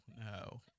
no